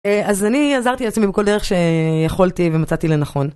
אז אני עזרתי לעצמי בכל דרך שיכולתי ומצאתי לנכון.